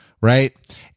right